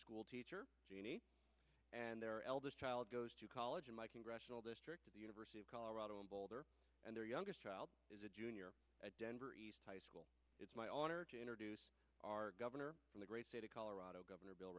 schoolteacher and their eldest child goes to college in my congressional district of the university of colorado in boulder and their youngest child is a junior at denver high school it's my honor to introduce our governor in the great state of colorado governor bill